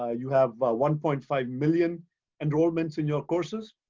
ah you have one point five million enrollments in your courses.